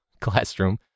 classroom